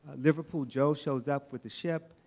liverpool joe shows up with the ship.